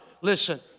Listen